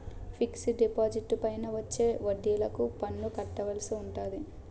fixed డిపాజిట్లపైన వచ్చే వడ్డిలకు పన్ను కట్టవలసి ఉంటాది